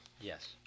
Yes